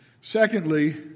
Secondly